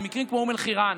במקרים כמו אום אל-חיראן,